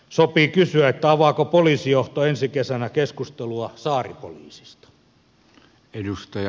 sopii kysyä avaako poliisijohto ensi kesänä keskustelua saaripoliisista